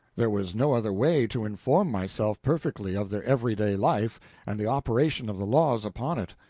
there was no other way to inform myself perfectly of their everyday life and the operation of the laws upon it.